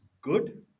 good